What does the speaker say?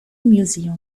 museum